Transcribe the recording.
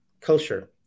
culture